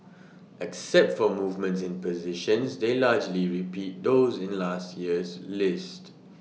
except for movements in positions they largely repeat those in last year's list